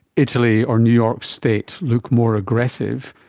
italy or new york state look more aggressive,